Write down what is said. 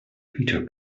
peter